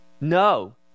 No